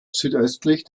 südöstlich